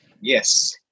Yes